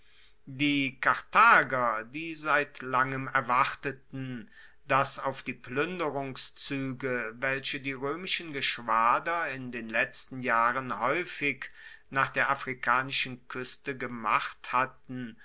die karthager die seit langem erwarteten dass auf die pluenderungszuege welche die roemischen geschwader in den letzten jahren haeufig nach der afrikanischen kueste gemacht hatten